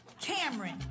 Cameron